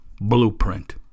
blueprint